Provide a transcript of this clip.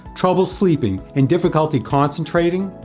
trouble sleeping, and difficulty concentrating,